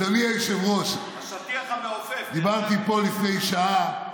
אדוני היושב-ראש, דיברתי פה לפני שעה,